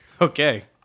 Okay